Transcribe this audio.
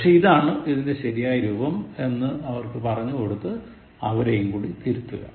പക്ഷേ ഇതാണ് ഇതിന്റെ ശരിയായ രൂപം എന്ന് അവർക്ക് പറഞ്ഞു കൊടുത്ത് അവരെയും തിരുത്തുക